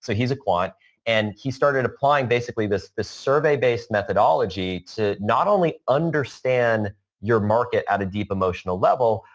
so he's a quant and he started applying basically this this survey-based methodology to not only understand your market at a deep emotional level,